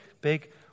big